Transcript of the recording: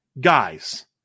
Guys